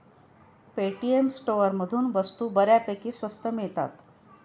Paytm स्टोअरमधून वस्तू बऱ्यापैकी स्वस्त मिळतात